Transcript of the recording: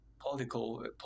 political